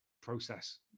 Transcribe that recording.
process